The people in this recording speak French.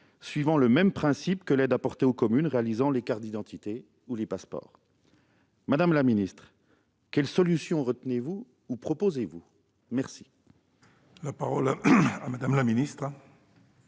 suivant le même principe que l'aide apportée aux communes réalisant les cartes d'identité ou les passeports. Madame la ministre, quelle solution retenez-vous ou proposez-vous ? La parole est à Mme la ministre.